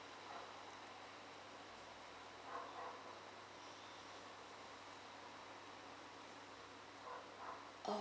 oh